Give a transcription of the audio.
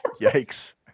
Yikes